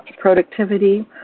productivity